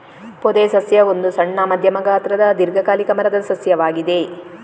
ಪೊದೆ ಸಸ್ಯ ಒಂದು ಸಣ್ಣ, ಮಧ್ಯಮ ಗಾತ್ರದ ದೀರ್ಘಕಾಲಿಕ ಮರದ ಸಸ್ಯವಾಗಿದೆ